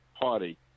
party